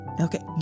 Okay